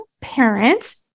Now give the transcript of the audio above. parents